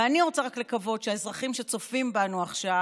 ואני רוצה רק לקוות שהאזרחים שצופים בנו עכשיו,